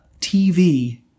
TV